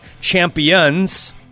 champions